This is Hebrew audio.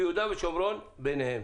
ויהודה ושומרון ביניהם.